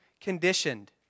conditioned